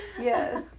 Yes